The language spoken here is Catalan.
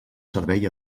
servei